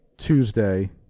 Tuesday